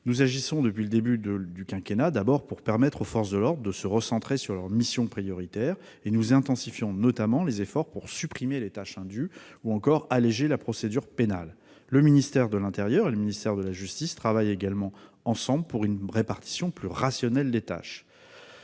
nous agissons depuis le début du quinquennat pour permettre aux forces de l'ordre de se recentrer sur leurs missions prioritaires. Nous intensifions notamment les efforts pour supprimer les tâches indues ou encore alléger la procédure pénale. Le ministère de l'intérieur et le ministère de la justice travaillent également ensemble pour une répartition plus rationnelle des tâches.